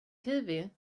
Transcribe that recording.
kiwi